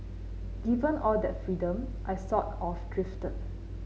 given all that freedom I sort of drifted